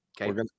okay